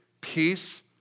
peace